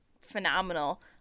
phenomenal